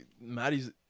Maddie's